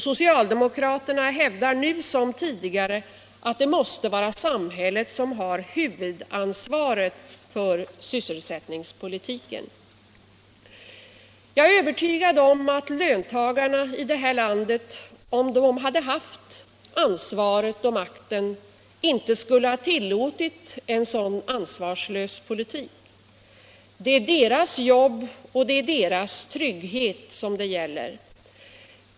Socialdemokraterna hävdar nu som tidigare att det måste vara samhället som har huvudansvaret för sysselsättningspolitiken. Jag är övertygad om att löntagarna i det här landet — om de hade haft ansvaret och makten — inte skulle ha tillåtit en sådan ansvarslös politik. Det är deras jobb och deras trygghet det gäller.